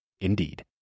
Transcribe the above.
Indeed